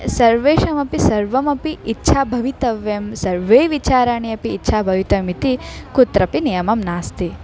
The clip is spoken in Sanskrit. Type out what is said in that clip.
सर्वेषामपि सर्वमपि इच्छा भवितव्या सर्वे विचाराणि अपि इच्छा भवितम् इति कुत्रापि नियमं नास्ति